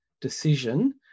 decision